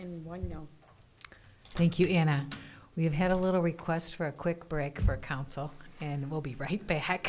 and one thank you and we have had a little request for a quick break for counsel and we'll be right back